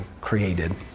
created